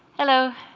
hello